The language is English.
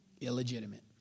Illegitimate